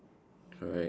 correct